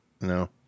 No